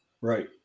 Right